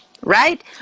right